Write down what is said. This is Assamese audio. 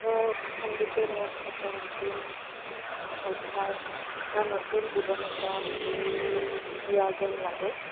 তো সংগীতে মোক এটা নতুন অধ্যায় বা নতুন জীৱন এটা দিয়া যেন লাগে